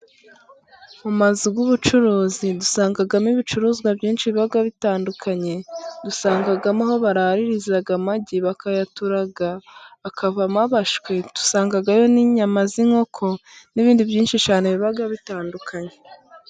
Mu mazu y'ubucuruzi dusangamo ibicuruzwa byinshi biba bitandukanye, dusangamo aho baraririza amagi bakayaturaga akavamo abashwi, dusangayo n'inyama z'inkoko n'ibindi byinshi cyane biba bitandukanye.